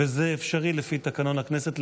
ולפי תקנון הכנסת,